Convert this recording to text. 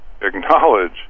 acknowledge